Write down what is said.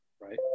right